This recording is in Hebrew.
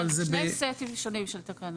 שני סטים שונים של תקנות.